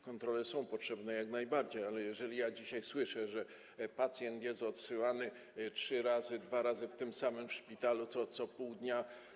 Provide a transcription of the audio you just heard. Kontrole są potrzebne, jak najbardziej, ale dzisiaj słyszę, że pacjent jest odsyłany trzy razy, dwa razy w tym samym szpitalu co pół dnia.